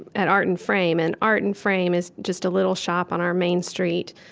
at art and frame, and art and frame is just a little shop on our main street,